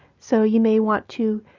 so you may want to